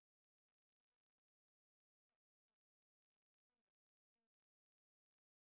on the left-hand top side of the picture you mention that there are three towels right